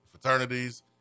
fraternities